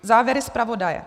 Závěry zpravodaje: